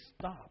stop